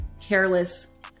Careless